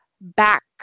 back